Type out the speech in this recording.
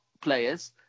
players